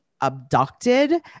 abducted